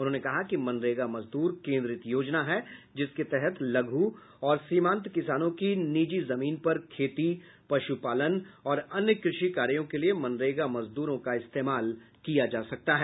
उन्होंने कहा कि मनरेगा मजदूर केन्द्रित योजना है जिसके तहत लघु और सीमांत किसानों की निजी जमीन पर खेती पशुपालन और अन्य कृषि कार्यों के लिए मनरेगा मजदूरों का इस्तेमाल किया जा सकता है